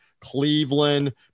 Cleveland